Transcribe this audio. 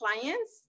clients